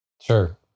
Sure